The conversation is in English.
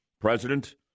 President